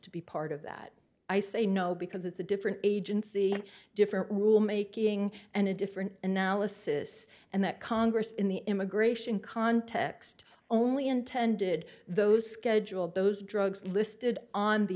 to be part of that i say no because it's a different agency different rule making and a different analysis and that congress in the immigration context only intended those scheduled those drugs listed on the